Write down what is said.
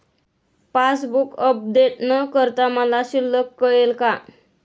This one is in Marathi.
पासबूक अपडेट न करता मला शिल्लक कळेल का?